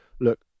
look